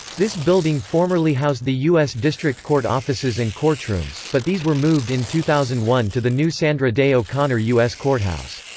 this building formerly housed the u s. district court offices and courtrooms, but these were moved in two thousand and one to the new sandra day o'connor u s. courthouse.